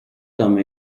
some